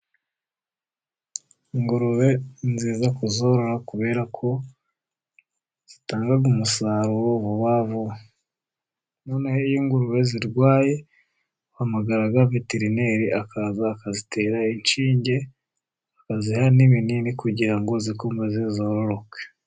Ingurube ni nziza kuzorora kubera ko zitanga umusaruro, wa vuba. Noneho iyo ingurube zirwaye, uhamagara veterineri, akaza akazitera inshinge, bakaziha n'ibinini kugira ngo zikomeze zororoke.